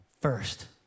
first